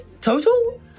total